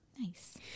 Nice